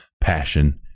passion